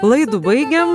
laidų baigiam